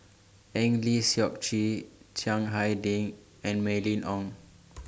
Eng Lee Seok Chee Chiang Hai Ding and Mylene Ong